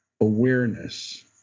awareness